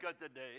today